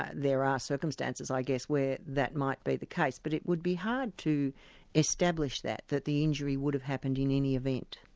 there are circumstances i guess where that might be the case, but it would be hard to establish that, that the injury would have happened in any event.